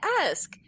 ask